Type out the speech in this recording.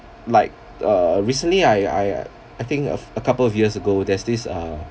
like uh recently I I I think a a couple of years ago there's this uh